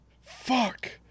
fuck